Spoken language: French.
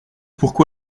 pourquoi